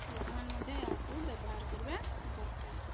ଲୋକମାନେ ମଧ୍ୟ ଏହାକୁ ବ୍ୟବହାର କରିବା ଦରକାର